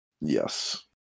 Yes